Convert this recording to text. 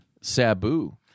Sabu